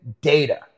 data